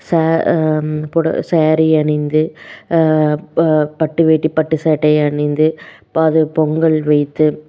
சா புடவை ஸாரீ அணிந்து ப பட்டு வேட்டி பட்டு சட்டை அணிந்து அது பொங்கல் வைத்து